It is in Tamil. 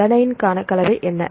அலனைனுக்கான கலவை என்ன